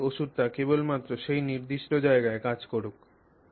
আমরা চাই ওষধটি কেবলমাত্র সেই নির্দিষ্ট জায়গায় কাজ করুক